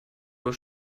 wohl